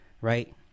Right